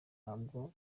ntabwo